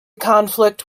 conflict